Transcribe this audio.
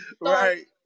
Right